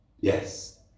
Yes